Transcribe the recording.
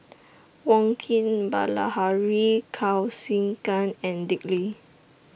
Wong Keen Bilahari Kausikan and Dick Lee